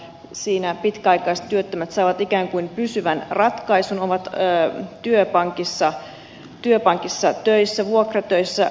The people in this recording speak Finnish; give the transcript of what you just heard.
siinä pitkäaikaistyöttömät saavat ikään kuin pysyvän ratkaisun ovat työpankissa töissä vuokratöissä